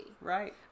Right